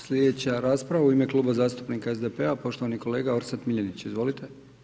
Slijedeća rasprava u ime Kluba zastupnika SDP-a, poštovani kolega Orsat Miljenić, izvolite.